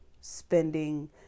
spending